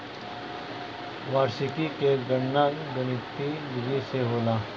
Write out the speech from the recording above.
वार्षिकी के गणना गणितीय विधि से होला